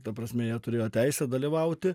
ta prasme jie turėjo teisę dalyvauti